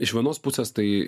iš vienos pusės tai